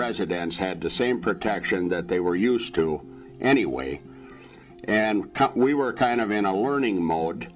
residents had the same protection that they were used to anyway and we were kind of an i learning mode